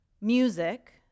music